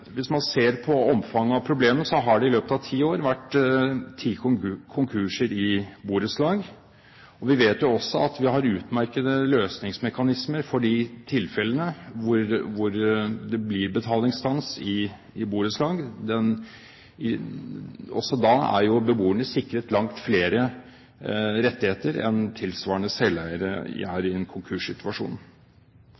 hvis man ser på omfanget av problemet, har det i løpet av ti år vært ti konkurser i borettslag. Vi vet jo også at vi har utmerkete løsningsmekanismer for de tilfellene hvor det blir betalingsstans i borettslag. Også da er jo beboerne sikret langt flere rettigheter enn tilsvarende for selveiere i en konkurssituasjon. Vi må også være klar over at i en konkurs, er